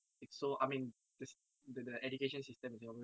it's so I mean this the the education system in singapore